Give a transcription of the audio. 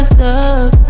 thug